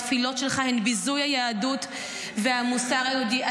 התפילות שלך הן ביזוי היהדות והמוסר היהודי.